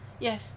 Yes